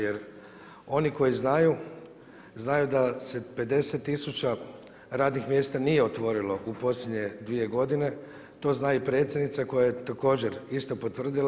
Jer, oni koji znaju, znaju da se 50000 radnih mjesta nije otvorilo u posljednje 2 godine, to zna i predsjednica koja je također isto potvrdila.